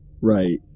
Right